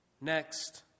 Next